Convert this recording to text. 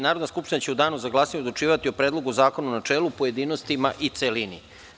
Narodna skupština će u Danu za glasanje odlučivati o Predlogu zakona u načelu, pojedinostima i u celini.